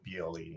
BLE